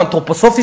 אנתרופוסופי,